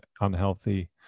unhealthy